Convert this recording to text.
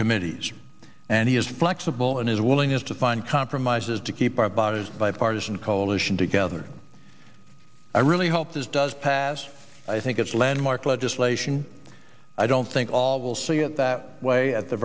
committees and he is flexible and his willingness to find compromises to keep our bodies bipartisan coalition together i really hope this does pass i think its landmark legislation i don't think all will see it that way at the